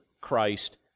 Christ